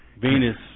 Venus